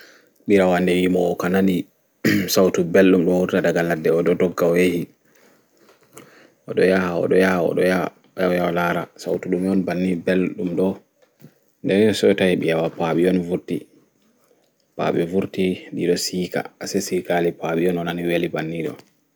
Biyawa nɗe yimowo ka nani sautu ɓelɗo ɗo wurta ɗiga laɗɗe o ɗo yaha o ɗo yaha nɗe oyehi se o tawi paaɓi on wurti